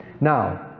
Now